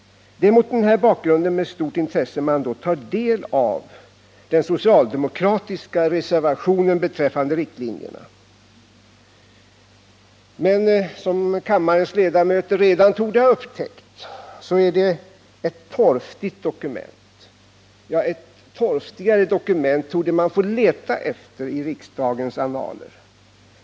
Det är mot den här bakgrunden som man med stort intresse tar del av den socialdemokratiska reservationen beträffande riktlinjerna. Men som kammarens ledamöter redan torde ha upptäckt är det ett torftigt dokument, ja, ett torftigare dokument torde man få leta efter i riksdagens annaler.